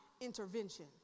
intervention